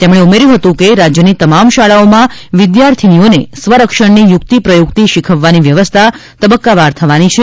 તેમણે ઊમેર્યુ હતું કે રાજ્યની તમામ શાળામાં વિદ્યાર્થીનીઓને સ્વરક્ષણની યુક્તિપ્રયુક્તિ શીખવવાની વ્યવસ્થા તબકકાવાર થવાની છે